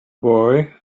boy